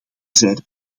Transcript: zijde